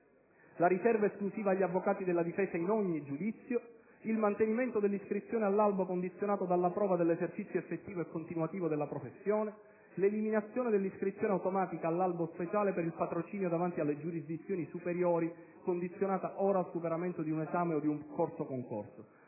la riserva esclusiva agli avvocati della difesa in ogni giudizio; il mantenimento dell'iscrizione all'albo condizionato dalla prova dell'esercizio effettivo e continuativo della professione; l'eliminazione dell'iscrizione automatica all'albo speciale per il patrocinio davanti alle giurisdizioni superiori, condizionata ora al superamento di un esame o di un corso-concorso.